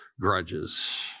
grudges